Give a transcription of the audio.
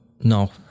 No